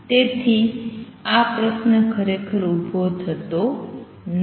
તેથી આ પ્રશ્ન ખરેખર ઉભો થતો નથી